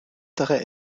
weitere